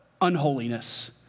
unholiness